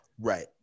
Right